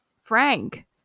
Frank